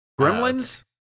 Gremlins